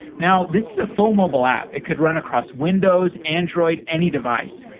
now, this is a phone mobile app. it could run across windows, android, any device.